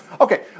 Okay